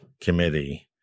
committee